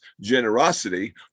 generosity